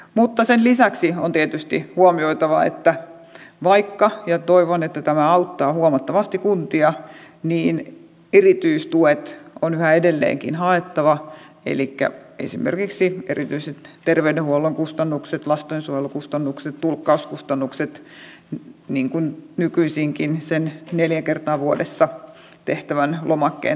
mutta sen lisäksi on tietysti huomioitava että vaikka ja toivon että tämä auttaa huomattavasti kuntia niin erityistuet elikkä esimerkiksi erityiset terveydenhuollon kustannukset lastensuojelukustannukset tulkkauskustannukset on yhä edelleen haettava niin kuin nykyisinkin sen neljä kertaa vuodessa tehtävän lomakkeen täyttämisen kanssa